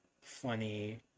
funny